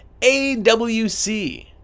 AWC